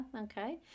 Okay